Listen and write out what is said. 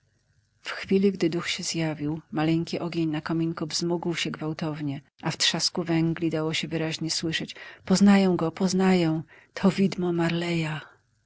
w chwili gdy duch się zjawił maleńki ogień na kominku wzmógł się gwałtownie a w trzasku węgli dało się wyraźnie słyszeć poznaję go poznaję to widmo marleya